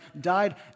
died